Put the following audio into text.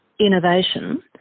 innovation